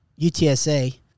UTSA